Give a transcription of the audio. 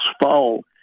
fall